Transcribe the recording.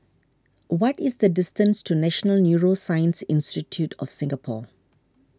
what is the distance to National Neuroscience Institute of Singapore